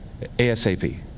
ASAP